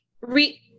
re